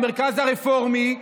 המרכז הרפורמי,